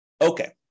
Okay